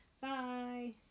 bye